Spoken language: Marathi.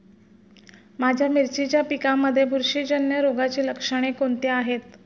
माझ्या मिरचीच्या पिकांमध्ये बुरशीजन्य रोगाची लक्षणे कोणती आहेत?